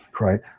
right